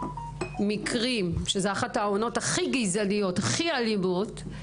זו אחת העונות הכי גזעניות ואלימות,